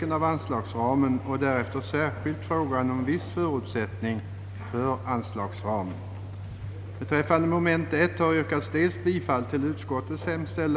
denna kammare som jag läste ur.